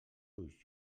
ulls